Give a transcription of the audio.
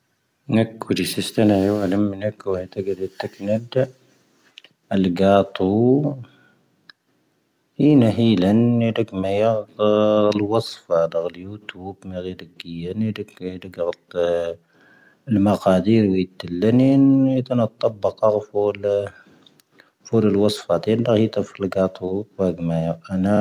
ⵏⴳⴰ ⴽⵓⵊⵉⵙⵉⵙ ⵜⴰⵏⴰ ⵢⴰⵡ ⴰⵍⴰⵎ ⵏⴳⴰ ⴽⵡⴰ ⵉⵜⴰⴳⴰⴷ ⴷⵉⵜⵜⴰⴽⵏⴰ ⴷⴷⴰ. ⴰⵍⴳⴰⵜo. ⵀⵉ ⵏⴰ ⵀⵉ ⵍⴰⵏ ⵏⴳⴰ ⴷⵀⴻⴳⵎⴰ ⵢⴰ ⴰⵍ ⵡⴰⵣⴼⴰⴰⴷ ⴰⵍ ⵢoⵜⵡop ⵎⴰⵔⵉⴷⵉⴽⵉⴰ ⵏⴳⴰ ⴷⵀⴻⴳⵎⴰ ⵢⴰ ⴷⵀⴻⴳⵎⴰ. ⴰⵍ ⵎⴰⴽⴰⴷⵉⵔ ⵡⵢⵜ ⵍⵏⵉⵏ ⵢⴻⵜⴰⵏⴰ ⵜⵜⴰpⴰⴽⴰⵔ ⴼⴰⵡⵍ. ⴼⴰⵡⵍ ⴰⵍ ⵡⴰⵣⴼⴰⴰⴷ ⴻⵍ ⵍⴰ ⵀⵉⵜⴰ ⴼⴰⵡⵍ ⴰⴳⴰⵜo. ⴼⴰⵡⵍ ⴰⴳⵎⴰ ⵢⴰ ⴰⵏⴰⴰ.